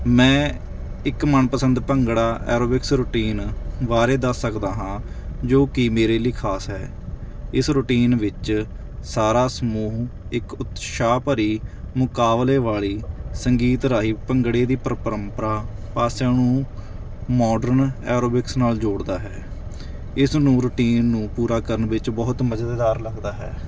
ਮੈਂ ਇੱਕ ਮਨਪਸੰਦ ਭੰਗੜਾ ਐਰੋਬਿਕਸ ਰੂਟੀਨ ਬਾਰੇ ਦੱਸ ਸਕਦਾ ਹਾਂ ਜੋ ਕਿ ਮੇਰੇ ਲਈ ਖਾਸ ਹੈ ਇਸ ਰੂਟੀਨ ਵਿੱਚ ਸਾਰਾ ਸਮੂਹ ਇੱਕ ਉਤਸ਼ਾਹ ਭਰੀ ਮੁਕਾਬਲੇ ਵਾਲੀ ਸੰਗੀਤ ਰਾਹੀ ਭੰਗੜੇ ਦੀ ਪਰੰਪਰਾ ਪਾਸਿਆਂ ਨੂੰ ਮਾਡਰਨ ਐਰੋਬਿਕਸ ਨਾਲ ਜੋੜਦਾ ਹੈ ਇਸ ਨੂੰ ਰੂਟੀਨ ਨੂੰ ਪੂਰਾ ਕਰਨ ਵਿੱਚ ਬਹੁਤ ਮਜ਼ੇਦਾਰ ਲੱਗਦਾ ਹੈ